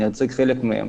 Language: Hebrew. אציג את חלקם.